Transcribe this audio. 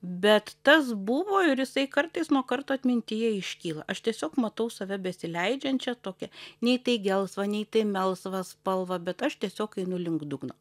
bet tas buvo ir jisai kartais nuo karto atmintyje iškyla aš tiesiog matau save besileidžiančią tokią nei tai gelsvą nei tai melsvą spalvą bet aš tiesiog einu link dugno